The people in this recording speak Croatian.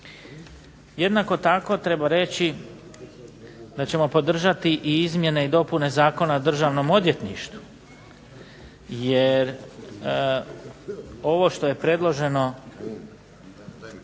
Jednako tako treba reći da ćemo podržati i izmjene i dopune Zakona o Državnom odvjetništvu, jer ovo što je predloženo,